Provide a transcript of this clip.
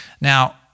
Now